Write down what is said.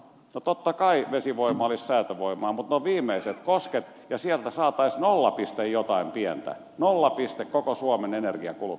no totta kai vesivoima olisi säätövoimaa mutta ne ovat viimeiset kosket ja sieltä saataisiin nolla pilkku jotain pientä nolla pilkku jotain koko suomen energiankulutuksesta